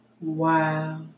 Wow